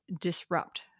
Disrupt